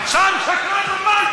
שקרן, רמאי.